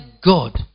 God